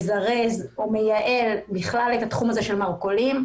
מזרז או מייעל את התחום הזה של מרכולים.